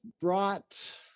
brought